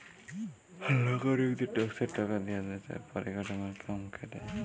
লাগরিকদের ট্যাক্সের টাকা দিয়া দ্যশের পরিকাঠামর কাম ক্যরে